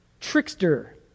Trickster